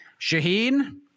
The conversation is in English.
Shaheen